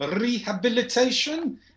rehabilitation